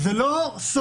זה לא סוד.